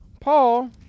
Paul